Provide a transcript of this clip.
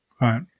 right